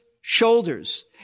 shoulders